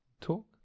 talk